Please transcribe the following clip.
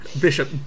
Bishop